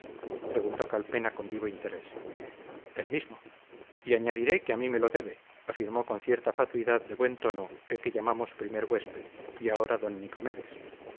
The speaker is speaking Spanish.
preguntó calpena con vivo interés el mismo y añadiré que a mí me lo debe afirmó con cierta fatuidad de buen tono el que llamamos primer huésped y ahora don nicomedes